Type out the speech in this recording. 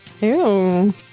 Ew